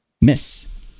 Miss